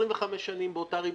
שנים באותה ריבית,